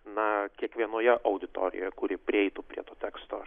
na kiekvienoje auditorijoje kuri prieitų prie to teksto